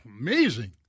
amazing